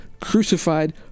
crucified